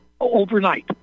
overnight